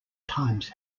times